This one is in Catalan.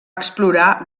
explorar